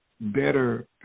better